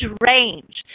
range